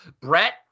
Brett